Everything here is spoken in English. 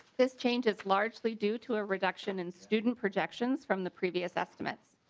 this change is largely due to a reduction in student projections from the previous estimates.